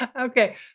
Okay